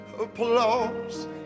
applause